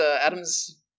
Adam's